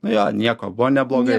nu jo nieko buvo neblogai